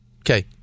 Okay